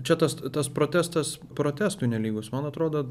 čia tas tas protestas protestui nelygus man atrodo